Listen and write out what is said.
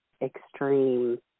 extreme